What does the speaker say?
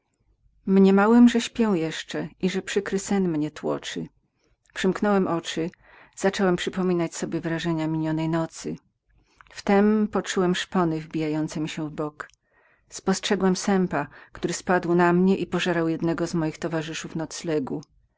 mniemałem żem był we śnie i że przykry sen mnie tłoczył przymknąłem oczy i zacząłem przypominać wrażenia przepędzonej nocy wtem poczułem szpony wpijające się w pierś moją spostrzegłem sępa który spadł na mnie i pożerał jednego z moich towarzyszów noclegu